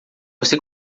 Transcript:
você